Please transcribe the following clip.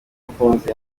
mukunzi